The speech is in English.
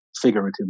figuratively